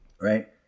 Right